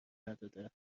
نداده